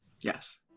Yes